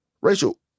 Rachel